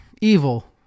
Evil